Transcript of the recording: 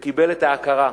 והוא קיבל את ההכרה,